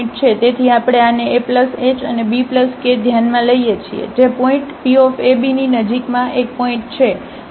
તેથી આપણે આને a h અને b k ધ્યાનમાં લઈએ છીએ જે પોઇન્ટ P a b ની નજીકમાં એક પોઇન્ટ છે